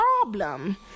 problem